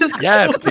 Yes